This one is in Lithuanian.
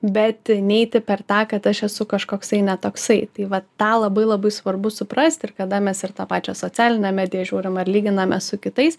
bet neiti per tą kad aš esu kažkoksai netoksai tai va tą labai labai svarbu suprasti ir kada mes ir tą pačią socialinę mediją žiūrim ar lyginamės su kitais